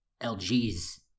LG's